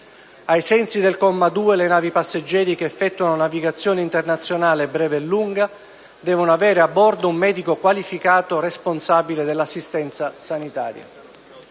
Ai sensi del comma 2, le navi passeggeri che effettuano navigazione internazionale breve e lunga devono avere a bordo un medico qualificato responsabile dell'assistenza sanitaria.